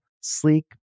sleek